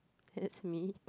that's me